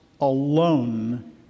alone